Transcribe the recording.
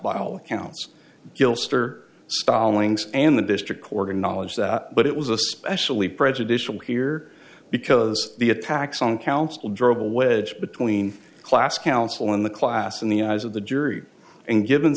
all accounts still stir and the district corgan knowledge that but it was especially prejudicial here because the attacks on council drove a wedge between class council and the class in the eyes of the jury and given